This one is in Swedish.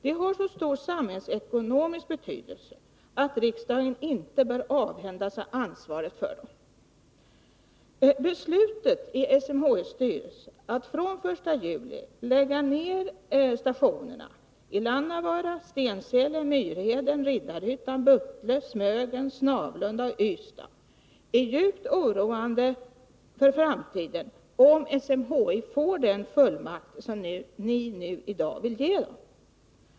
De har så stor samhällsekonomisk betydelse att riksdagen inte bör avhända sig ansvaret för dem. Beslutet i SMHI:s styrelse att från den 1 juli lägga ner stationerna i Lannavaara, Stensele, Myrheden, Riddarhyttan, Buttle, Smögen, Snavlunda och Ystad är djupt oroande för framtiden, om SMHI får den fullmakt som ni i dag vill ge det.